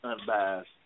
unbiased